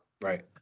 Right